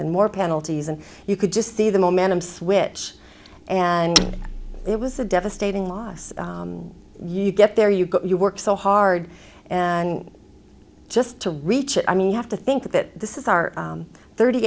and more penalties and you could just see the momentum switch and it was a devastating loss you get there you go you work so hard and just to reach it i mean you have to think that this is our thirty